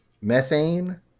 methane